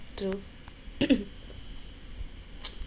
true